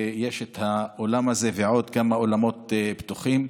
ויש את האולם הזה ועוד כמה אולמות פתוחים.